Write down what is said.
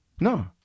No